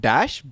Dash